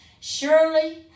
Surely